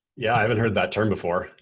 yeah, i haven't heard that term before,